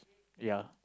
ya